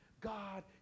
God